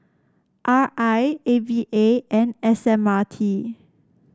R I A V A and S M R T